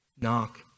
Knock